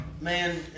Man